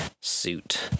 suit